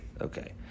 Okay